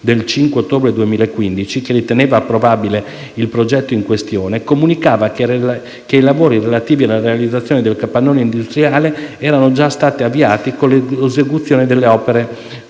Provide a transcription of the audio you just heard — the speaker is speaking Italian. del 5 ottobre 2015, che riteneva approvabile il progetto in questione, comunicava che i lavori relativi alla realizzazione del capannone industriale erano già stati avviati con l'esecuzione delle opere